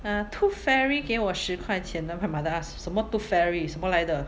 a tooth fairy 给我十块钱 then my mother ask 什么 tooth fairy 什么来的